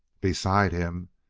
beside him,